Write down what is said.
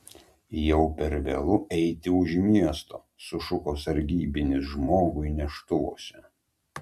jau per vėlu eiti už miesto sušuko sargybinis žmogui neštuvuose